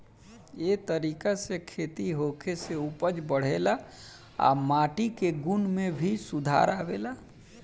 ए तरीका से खेती होखे से उपज बढ़ेला आ माटी के गुण में भी सुधार आवेला